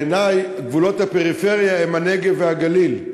בעיני, גבולות הפריפריה הם הנגב והגליל.